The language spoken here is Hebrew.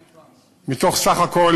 מתוך סך כל